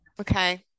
Okay